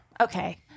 Okay